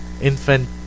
infant